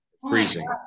freezing